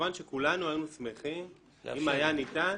שכמובן שכולנו היינו שמחים אם היה ניתן